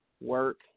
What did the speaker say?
work